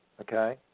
okay